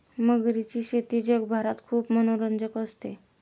मगरीची शेती जगभरात खूप मनोरंजक असते